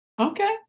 Okay